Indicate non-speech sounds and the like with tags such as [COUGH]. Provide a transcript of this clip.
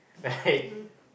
right [LAUGHS]